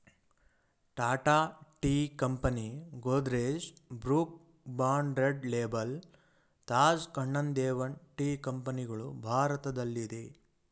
Tata tea company, Godrej, Brooke Bond Red Label, Taj Kannan Devan tea ಕಂಪನಿಗಳು ಭಾರತದಲ್ಲಿದೆ